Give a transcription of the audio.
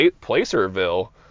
Placerville